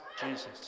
Jesus